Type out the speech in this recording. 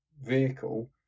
vehicle